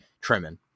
trimming